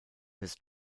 his